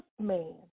man